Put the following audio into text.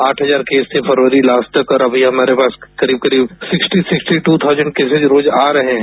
आठ हजार केस थे फरवरी लास्ट तक और अभी हमारे पास करीब करीब sixty sixty two thousand cases रोज आ रहे हैं